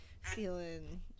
feeling